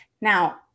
Now